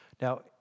Now